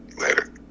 Later